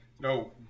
No